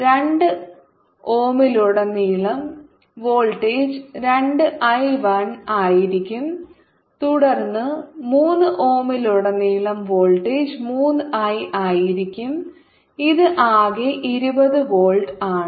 രണ്ട് ഓമിലുടനീളം voltage 2 I 1 ആയിരിക്കും തുടർന്ന് 3 ഓമിലുടനീളം വോൾട്ടേജ് 3 I ആയിരിക്കും ഇത് ആകെ 20 വോൾട്ട് ആണ്